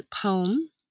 poem